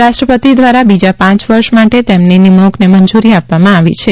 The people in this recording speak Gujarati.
રાષ્ટ્રપતિ દ્વારા બીજા પાંચ વર્ષ માટે તેમની નિમણૂંકને મંજૂરી આપવામાં આવી છે